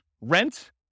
rent